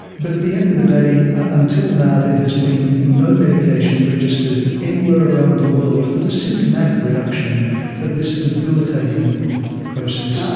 but at the end of the day, until now there has been no medication registered anywhere around the world for the symptomatic reduction of this debilitating process.